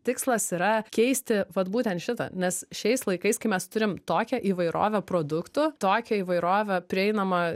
tikslas yra keisti vat būtent šitą nes šiais laikais kai mes turim tokią įvairovę produktų tokią įvairovę prieinamą